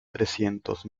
trescientos